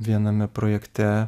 viename projekte